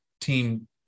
team